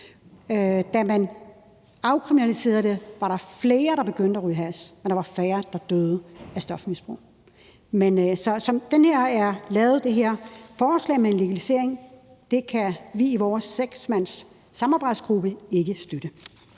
Da man afkriminaliserede det, var der flere, der begyndte at ryge hash, og der var færre, der døde af stofmisbrug. Men sådan, som det her forslag om legalisering er lavet, kan vi i vores seksmandssamarbejdsgruppe ikke støtte